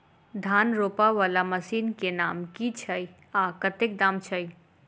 धान रोपा वला मशीन केँ नाम की छैय आ कतेक दाम छैय?